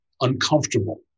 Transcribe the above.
uncomfortable